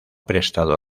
prestado